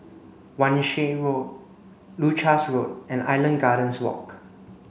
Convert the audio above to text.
Wan Shih Road Leuchars Road and Island Gardens Walk